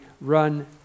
run